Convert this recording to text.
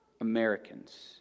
Americans